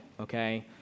okay